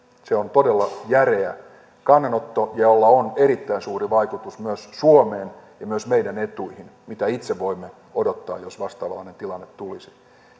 se on todella järeä kannanotto jolla on erittäin suuri vaikutus myös suomeen ja myös meidän etuihimme siihen mitä itse voimme odottaa jos vastaavanlainen tilanne tulisi